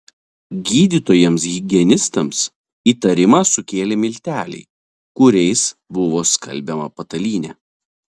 gydytojams higienistams įtarimą sukėlė milteliai kuriais buvo skalbiama patalynė